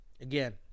again